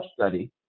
study